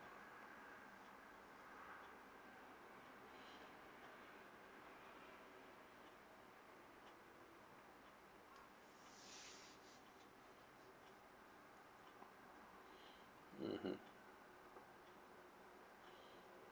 mmhmm